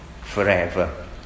forever